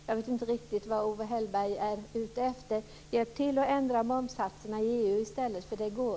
Jag vet inte riktigt vad Owe Hellberg är ute efter. Hjälp till att ändra momssatserna i EU i stället! Det går.